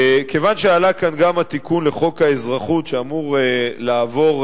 כיוון שעלה כאן גם התיקון לחוק האזרחות שאמור לעבור,